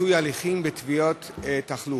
מיצוי הליכים בתביעות תחלוף).